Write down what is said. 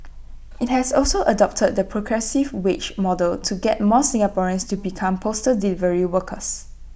IT has also adopted the progressive wage model to get more Singaporeans to become postal delivery workers